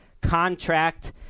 contract